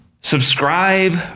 Subscribe